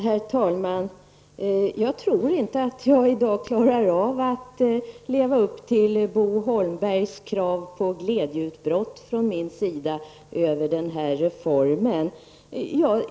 Herr talman! Jag tror inte att jag i dag klarar av att leva upp till Bo Holmbergs krav på glädjeutbrott från min sida över denna reform.